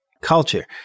culture